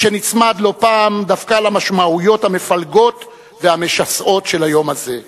שנצמד לא פעם דווקא למשמעויות המפלגות והמשסעות של היום הזה.